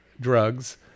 drugs